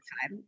time